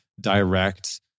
direct